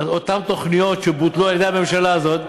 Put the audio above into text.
אותן תוכניות שבוטלו על-ידי הממשלה הזאת,